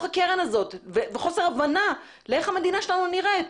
הקרן הזאת וחוסר הבנה לאיך המדינה שלנו נראית.